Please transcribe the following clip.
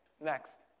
next